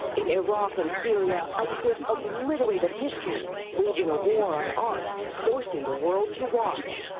in iraq and syria, isis obliterated history, waging a war on art, forcing the world to watch.